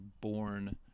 born